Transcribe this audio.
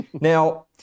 Now